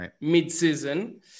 mid-season